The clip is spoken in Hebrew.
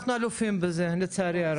אנחנו אלופים בזה, לצערי הרב.